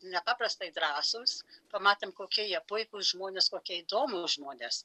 nepaprastai drąsūs pamatėm kokie jie puikūs žmonės kokie įdomūs žmonės